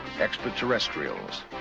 extraterrestrials